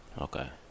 okay